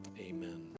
Amen